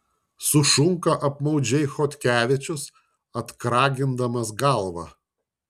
sušunka apmaudžiai chodkevičius atkragindamas galvą